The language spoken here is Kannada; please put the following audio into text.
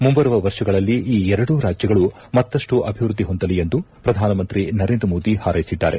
ಮುಂಬರುವ ವರ್ಷಗಳಲ್ಲಿ ಈ ಎರಡೂ ರಾಜ್ಯಗಳು ಮತ್ತಷ್ಟು ಅಭಿವೃದ್ದಿ ಹೊಂದಲಿ ಎಂದು ಪ್ರಧಾನಮಂತ್ರಿ ನರೇಂದ್ರ ಮೋದಿ ಹಾರ್ೈಸಿದ್ದಾರೆ